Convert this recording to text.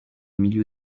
milieu